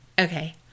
Okay